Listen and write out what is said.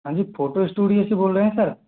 हाँ जी photo studio से बोल रहे हैं सर